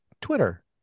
Twitter